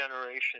generation